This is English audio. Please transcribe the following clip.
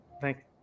Thank